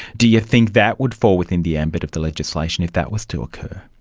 do you think that would fall within the ambit of the legislation if that was to occur?